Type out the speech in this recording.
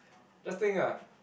just think ah